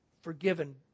Forgiven